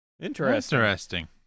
Interesting